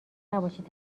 نباشید